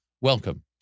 Welcome